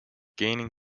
gaining